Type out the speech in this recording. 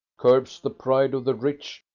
curbs the pride of the rich,